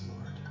Lord